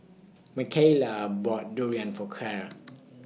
Makayla bought Durian For Kyra